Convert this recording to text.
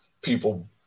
people